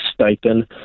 stipend